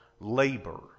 labor